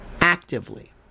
Actively